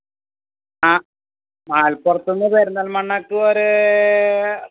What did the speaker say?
ആ മലപ്പുർത്തൂന്ന് പെരിന്തൽ മണ്ണയ്ക്ക് വരെ